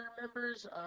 members